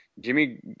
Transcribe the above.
Jimmy